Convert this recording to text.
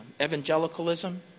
evangelicalism